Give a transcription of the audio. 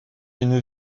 une